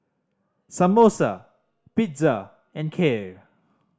Samosa Pizza and Kheer